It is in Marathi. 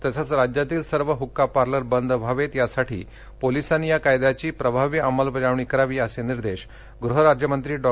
तसंच राज्यातील सर्व हक्का पार्लर बंद व्हावेत यासाठी पोलिसांनी या कायद्याची प्रभावी अंमलबजावणी करावी असे निर्देश गृह राज्यमंत्री डॉ